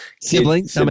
siblings